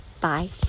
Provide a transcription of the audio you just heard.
Bye